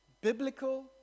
biblical